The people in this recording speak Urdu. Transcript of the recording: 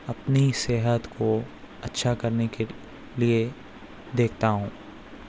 اپنی صحت کو اچھا کرنے کے لیے دیکھتا ہوں